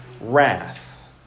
wrath